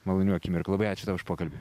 malonių akimirkų labai ačiū tau už pokalbį